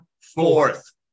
Fourth